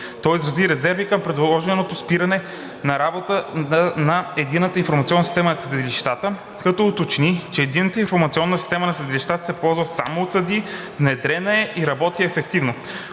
Той изрази резерви към предложеното спиране на работата на Единната информационна система на съдилищата, като уточни, че Единната информационна система на съдилищата се ползва само от съдии, внедрена е и работи ефективно.